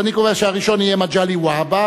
אז אני קובע שהראשון יהיה מגלי והבה,